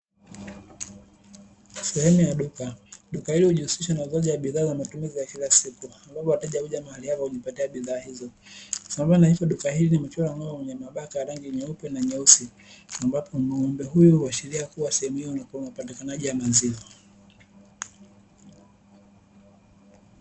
Sehemu ya duka. Duka hilo hujihusisha na uuzaji wa bidhaa za matumizi ya kila siku, ambapo wateja huja mahali hapa kujipatia bidhaa hizo. Sambamba na hili, duka hili huchorwa ng'ombe mwenye mabaka ya rangi nyeupe na nyeusi ambapo ng'ombe huyu huashiria kuwa sehemu hiyo ni ya upatikanaji wa maziwa.